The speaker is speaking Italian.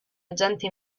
agente